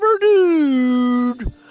dude